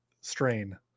strain